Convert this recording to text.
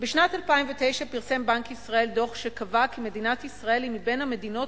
"בשנת 2009 פרסם בנק ישראל דוח שקבע כי מדינת ישראל היא מבין המדינות